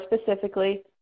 specifically